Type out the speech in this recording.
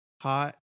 hot